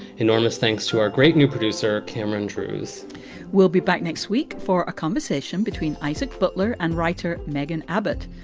enormous. thanks to our great new producer, cameron trues we'll be back next week for a conversation between isaac butler and writer megan abbott.